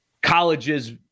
colleges